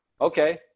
okay